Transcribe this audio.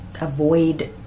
Avoid